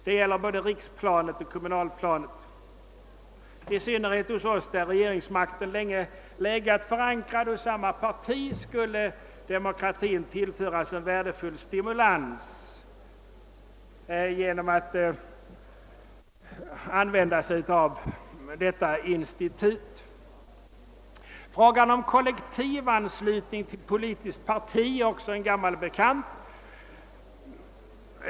Detta gäller både riksplanet och kommunplanet. I synnerhet hos oss där regeringsmakten länge legat förankrad i samma parti skulle demokratin tillföras en värdefull stimulans om man använde sig av detta institut. Frågan om kollektivanslutning till politiskt parti är också en gammal bekant.